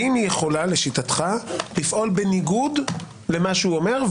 האם יכולה לשיטתך לפעול אחרת ממה שאומר,